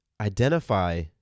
identify